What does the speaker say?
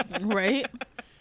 Right